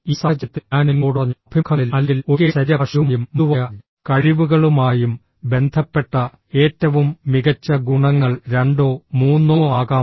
ഈ സാഹചര്യത്തിൽ ഞാൻ നിങ്ങളോട് പറഞ്ഞു അഭിമുഖങ്ങളിൽ അല്ലെങ്കിൽ ഒഴികെ ശരീരഭാഷയുമായും മൃദുവായ കഴിവുകളുമായും ബന്ധപ്പെട്ട ഏറ്റവും മികച്ച ഗുണങ്ങൾ രണ്ടോ മൂന്നോ ആകാം